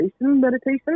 meditation